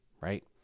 right